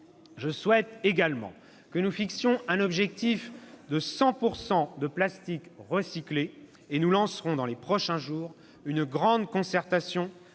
Je souhaite également que nous nous fixions un objectif de 100 % de plastique recyclé, et nous lancerons dans les prochains jours une grande concertation,